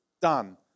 Done